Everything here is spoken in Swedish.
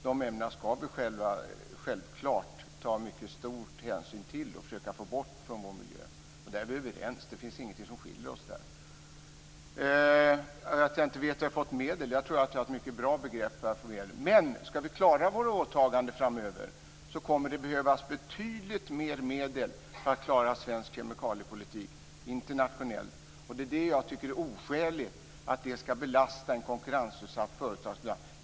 De ämnena ska vi självklart mycket starkt ta i beaktande och försöka få bort från vår miljö. Om detta är vi överens. Det finns ingenting som skiljer våra uppfattningar där. Vad gäller att jag inte skulle veta vilka medel som har utbetalats tror jag i själva verket att jag har mycket bra begrepp om detta. Men för att vi i svensk kemikaliepolitik ska kunna klara våra åtaganden internationellt kommer det att behövas betydligt mer medel. Jag tycker att det är oskäligt att det ska belasta en konkurrensutsatt företagsgrupp.